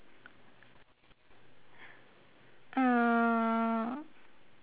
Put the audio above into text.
uh